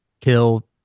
kill